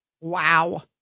Wow